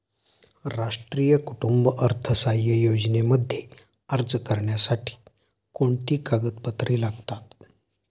राष्ट्रीय कुटुंब अर्थसहाय्य योजनेमध्ये अर्ज करण्यासाठी कोणती कागदपत्रे लागतात?